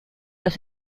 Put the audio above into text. los